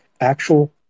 actual